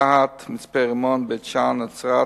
רהט, מצפה-רמון, בית-שאן, נצרת,